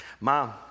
Mom